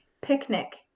picnic